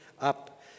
up